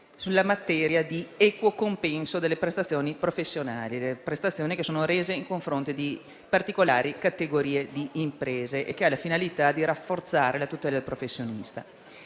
sulla materia dell'equo compenso delle prestazioni professionali rese nei confronti di particolari categorie di imprese e ha la finalità di rafforzare la tutela del professionista.